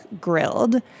Grilled